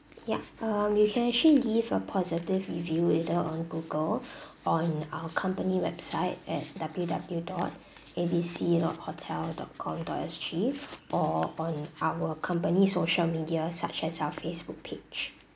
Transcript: yup um you can actually give a positive review either on google on our company website at W W dot A B C dot hotel dot com dot S G or on our company social media such as our facebook page